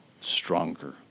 Stronger